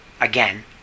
again